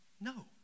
No